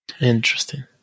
Interesting